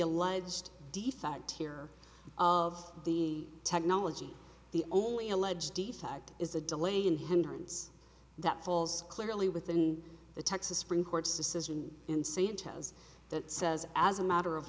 alleged de facto here of the technology the only alleged effect is a delay in hindrance that falls clearly within the texas supreme court's decision in st joe's that says as a matter of